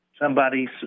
somebody's